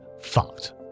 fucked